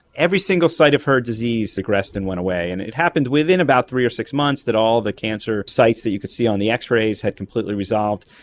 every single site of her disease regressed and went away, and it happened within about three or six months that all the cancer sites that you could see on the x-rays had completely resolved.